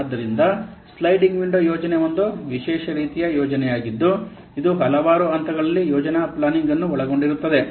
ಆದ್ದರಿಂದ sliding window ಯೋಜನೆ ಒಂದು ವಿಶೇಷ ರೀತಿಯ ಯೋಜನೆಯಾಗಿದ್ದು ಇದು ಹಲವಾರು ಹಂತಗಳಲ್ಲಿ ಯೋಜನಾ ಪ್ಲಾನಿಂಗ್ಅನ್ನು ಒಳಗೊಂಡಿರುತ್ತದೆ